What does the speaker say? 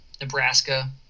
Nebraska